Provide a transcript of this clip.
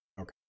Okay